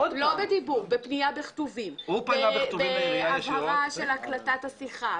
בדיבור בפנייה בכתובים, בהבהרה של הקלטת השיחה.